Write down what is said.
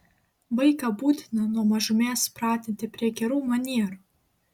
vaiką būtina nuo mažumės pratinti prie gerų manierų